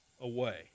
away